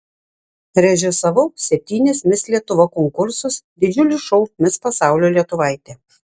režisavau septynis mis lietuva konkursus didžiulį šou mis pasaulio lietuvaitė